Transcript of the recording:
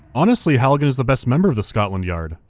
honestly, halligan is the best member of the scotland yard.